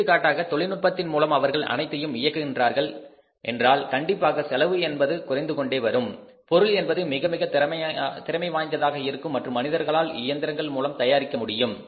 எடுத்துக்காட்டாக தொழில் நுட்பத்தின் மூலம் அவர்கள் அனைத்தையும் இயக்குகிறார்கள் என்றால் கண்டிப்பாக செலவு என்பது குறைந்து கொண்டே வரும் பொருள் என்பது மிக மிக திறமை வாய்ந்ததாக இருக்கும் மற்றும் மனிதர்களால் இயந்திரங்கள் மூலம் தயாரிக்க முடியும்